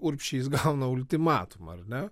urbšys gauna ultimatumą ar ne